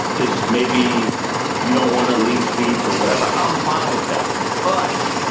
cause maybe you don't want to lease beats or whatever, i'm fine with that. but